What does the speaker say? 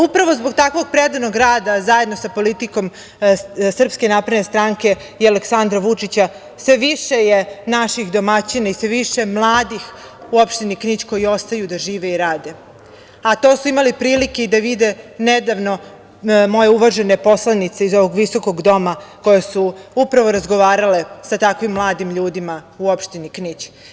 Upravo zbog takvog predanog rada, zajedno sa politikom SNS i Aleksandra Vučića, sve više je naših domaćina i sve više mladih u opštini Knić koji ostaju da žive i rade, a to su imali prilike da vide nedavno moje uvažene poslanice iz ovog visokog doma koje su razgovarale sa takvim mladim ljudima u opštini Knić.